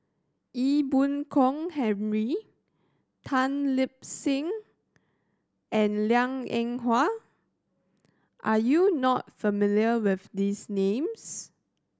Ee Boon Kong Henry Tan Lip Seng and Liang Eng Hwa are you not familiar with these names